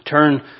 turn